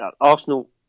Arsenal